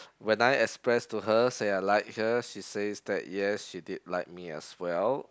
when I express to her say I like her she says that yes she did like me as well